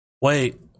Wait